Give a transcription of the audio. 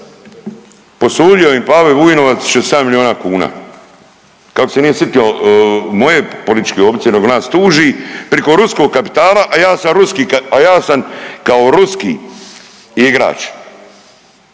Posudio im Pave Vujnovac 67 milijuna kuna. Kako se nije sitio moje političke opcije, nego nas tuži priko ruskog kapitala, a ja sam kao ruski igrač,